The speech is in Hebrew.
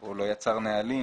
או לא יצר נהלים